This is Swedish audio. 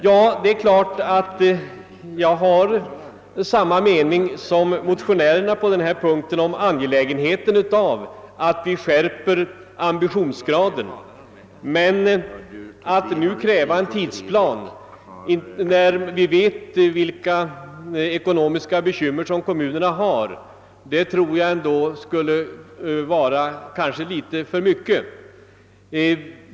Jag har naturligtvis samma mening som motionärerna om angelägenheten av att vi höjer ambitionsgraden, men att nu kräva en tidsplan, när vi vet vilka ekonomiska bekymmer kommunerna har, tycker jag skulle vara att gå litet för långt.